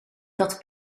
dat